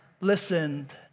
listened